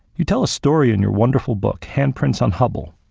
you tell a story in your wonderful book handprints on hubble,